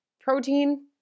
Protein